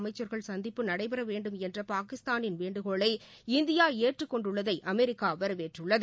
அமைச்சர்கள் சந்திப்பு நடைபெற வேண்டும் என்ற பாகிஸ்தானின் வேண்டுகோளை இந்தியா ஏற்றுக்கொண்டுள்ளதை அமெரிக்கா வரவேற்றுள்ளது